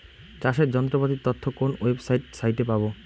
চাষের যন্ত্রপাতির তথ্য কোন ওয়েবসাইট সাইটে পাব?